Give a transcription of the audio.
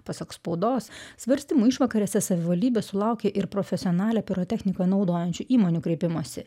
pasak spaudos svarstymo išvakarėse savivaldybė sulaukė ir profesionalią pirotechniką naudojančių įmonių kreipimosi